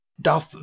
doth